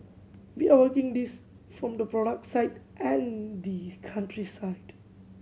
we are working this from the product side and the country side